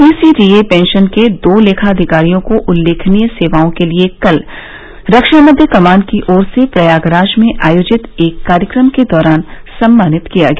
PCDA pension के दो लेखाधिकारियों को उल्लेखनीय सेवाओं के लिये कल रक्षा मध्य कमान की ओर से प्रयागराज में आयोजित एक कार्यक्रम के दौरान सम्मानित किया गया